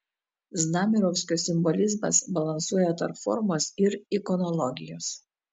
znamierovskio simbolizmas balansuoja tarp formos ir ikonologijos